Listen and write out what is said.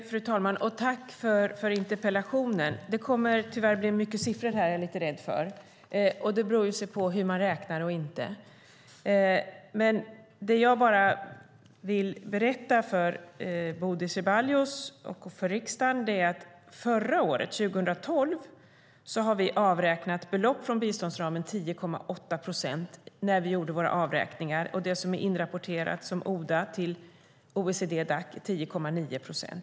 Fru talman! Tack för interpellationen! Det kommer tyvärr att bli mycket siffror, är jag rädd för, och det beror på hur man räknar. Det jag vill berätta för Bodil Ceballos och riksdagen är att förra året, 2012, avräknade vi ett belopp från biståndsramen om 10,8 procent. Det som är inrapporterat som ODA till OECD/Dac är 10,9 procent.